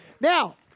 Now